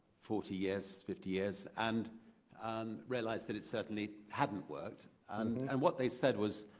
forty years, fifty years and and realized that it certainly hadn't worked. and and what they said was,